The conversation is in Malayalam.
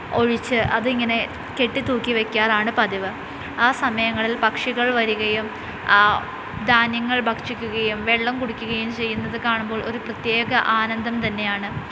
ഒഴിച്ച് അതിങ്ങനെ കെട്ടിത്തൂക്കി വയ്ക്കാറാണ് പതിവ് ആ സമയങ്ങളിൽ പക്ഷികൾ വരികയും ആ ധാന്യങ്ങൾ ഭക്ഷിക്കുകയും വെള്ളം കുടിക്കുകയും ചെയ്യുന്നത് കാണുമ്പോൾ ഒരു പ്രത്യേക ആനന്ദം തന്നെയാണ്